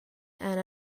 and